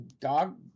dog